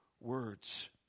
words